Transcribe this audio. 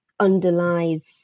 underlies